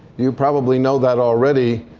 you probably know that already.